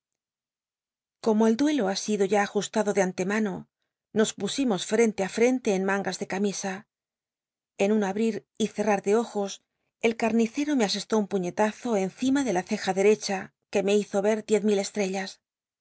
como el duelo ha sido ya ajustado de antemano nos pusimos frente á f cnle en mangas do camisa en un abrir y cerrar de ojos el carnicero me asestó un puñelazo encima de la ceja derecha c uc me hizo ver diez mil csllellas